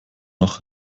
noch